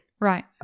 right